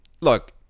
look